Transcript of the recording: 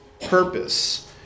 purpose